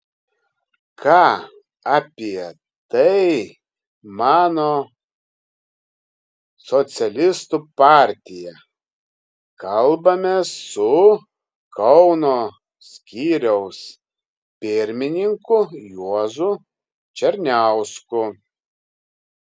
ką apie tai mano socialistų partija kalbamės su kauno skyriaus pirmininku juozu černiausku